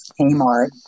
Kmart